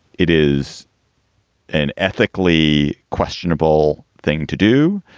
it is an ethically questionable thing to do.